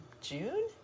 June